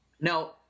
now